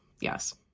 Yes